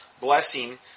blessing